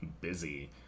busy